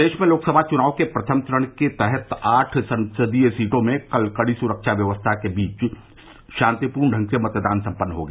प्रदेश में लोकसभा चुनाव के प्रथम चरण के तहत आठ संसदीय क्षेत्रों में कल कड़ी सुरक्षा व्यवस्था के बीच शांतिपूर्ण ढंग से मतदान सम्पन्न हो गया